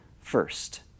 first